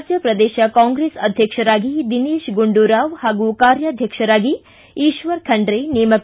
ರಾಜ್ಯ ಪ್ರದೇಶ ಕಾಂಗ್ರೆಸ್ ಅಧ್ಯಕ್ಷರಾಗಿ ದಿನೇಶ್ ಗುಂಡೂರಾವ್ ಪಾಗೂ ಕಾರ್ಯಾಧ್ಯಕ್ಷರಾಗಿ ಈಶ್ವರ ಖಂಡ್ರೆ ನೇಮಕ